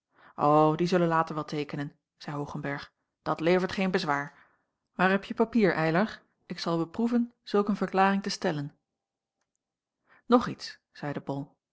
die zullen later wel teekenen zeî hoogenberg dat levert geen bezwaar waar hebje papier eylar ik zal beproeven zulk een verklaring te stellen nog iets zeide bol